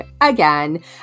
again